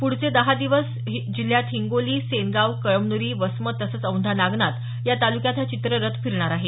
पुढचे दहा दिवस जिल्ह्यात हिंगोली सेनगाव कळमन्री वसमत तसंच औंढा नाथनाथ या ताल्क्यात हा चित्ररथ फिरणार आहे